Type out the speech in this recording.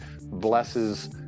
blesses